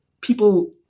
people